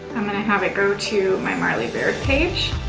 i'm going to have it go to my marley baird page.